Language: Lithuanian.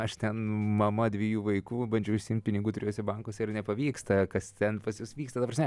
aš ten mama dviejų vaikų bandžiau išsiimt pinigų trijuose bankuose ir nepavyksta kas ten pas jus vyksta ta prasme